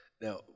Now